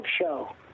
show